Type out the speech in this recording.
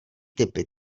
typy